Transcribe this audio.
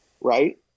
right